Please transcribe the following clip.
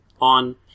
on